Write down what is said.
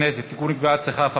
התשע"ח 2018,